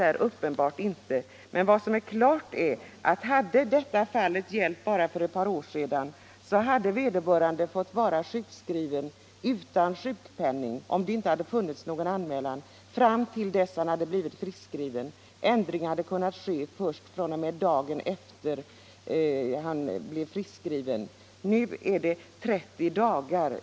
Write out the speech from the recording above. Men klart är att om denna händelse hade inträffat för bara ett par år sedan, så hade vederbörande fått vara sjukskriven utan sjukpenning. Ändring av sjukpenningplaceringen hade kunnat ske först dagen efter det att han blivit friskskriven. Nu sker sådan ändring efter 30 dagar.